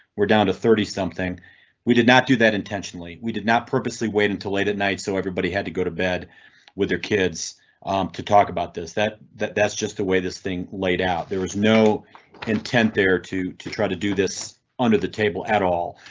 we're down to thirty something we did not do that intentionally. we did not purposely wait until late at night so everybody had to go to bed with their kids to talk about this. that that that's just the way this thing laid out. there was no intent there to to try to do this under the table at all.